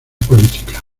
política